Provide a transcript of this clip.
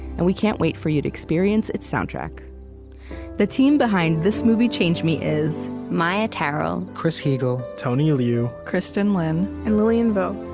and we can't wait for you to experience its soundtrack the team behind this movie changed me is maia tarrell, chris heagle, tony liu, kristin lin, and lilian vo.